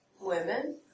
women